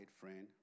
friend